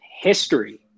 history